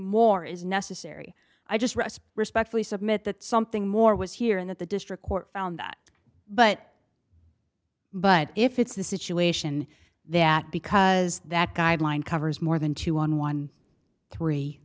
more is necessary i just rest respectfully submit that something more was here and that the district court found that but but if it's the situation that because that guideline covers more than two on